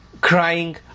crying